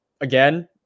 again